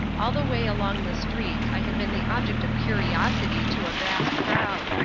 all the way along the streets i had been the object of curiosity to a vast crowd,